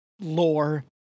lore